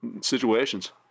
situations